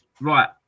Right